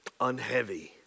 unheavy